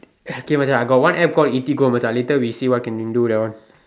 okay Macha I got App called eatigo later we see what we can do that one